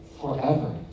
forever